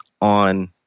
on